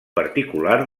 particular